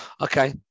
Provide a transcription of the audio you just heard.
Okay